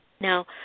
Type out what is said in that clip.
Now